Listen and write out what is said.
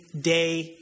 day